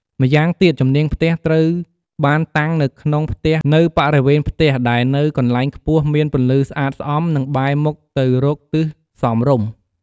ម្យ៉ាងទៀតជំនាងផ្ទះត្រូវបានតាំងនៅក្នុងផ្ទះនៅបរិវេណផ្ទះដែលនៅកន្លែងខ្ពស់មានពន្លឺស្អាតស្អំនិងបែរមុខទៅរកទិសសមរម្យ។